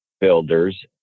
builders